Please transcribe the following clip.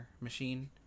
machine